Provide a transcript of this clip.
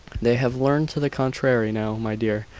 they have learned to the contrary now, my dear.